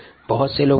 यह काफी लोकप्रिय है